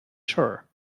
sure